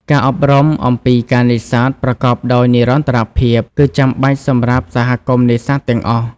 ការអប់រំ អំពីការនេសាទប្រកបដោយនិរន្តរភាពគឺចាំបាច់សម្រាប់សហគមន៍នេសាទទាំងអស់។